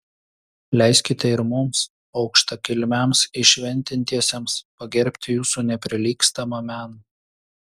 leiskite ir mums aukštakilmiams įšventintiesiems pagerbti jūsų neprilygstamą meną